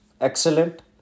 excellent